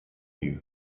you